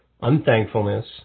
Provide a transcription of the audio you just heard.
unthankfulness